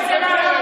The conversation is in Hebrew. זה אצל הערבים.